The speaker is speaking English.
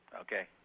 Okay